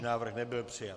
Návrh nebyl přijat.